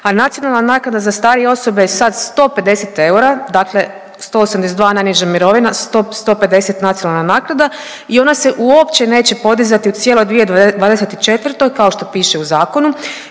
a nacionalna naknada za starije osobe je sad 150 eura, dakle 182 najniža mirovina, 150 nacionalna naknada i ona se uopće neće podizati u cijeloj 2024. kao što piše u zakonu